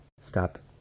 Stop